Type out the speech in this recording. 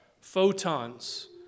photons